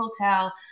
hotel